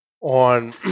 on